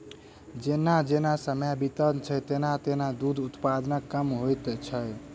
जेना जेना समय बीतैत छै, तेना तेना दूधक उत्पादन कम होइत जाइत छै